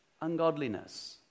ungodliness